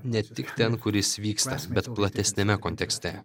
ne tik ten kur jis vyksta bet platesniame kontekste